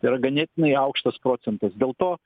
yra ganėtinai aukštas procentas dėl to